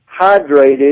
hydrated